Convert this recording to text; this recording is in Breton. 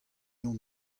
hon